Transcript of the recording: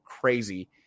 crazy